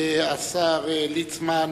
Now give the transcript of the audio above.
השר ליצמן.